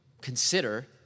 consider